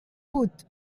put